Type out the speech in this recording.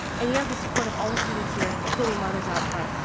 and you have the support of all the students here, including mothers out front.